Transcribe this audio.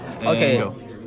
Okay